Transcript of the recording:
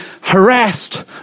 harassed